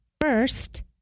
first